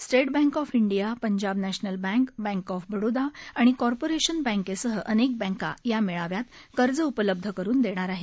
state Bank of India Punjab National Bank Bank of Baroda आणि Corporation बैंकेसह अनेक बैंका या मेळाव्यात कर्ज उपलब्ध करुन देणार आहेत